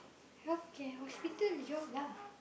healthcare hospital job lah